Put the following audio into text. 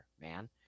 man